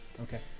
okay